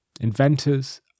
Inventors